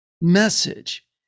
message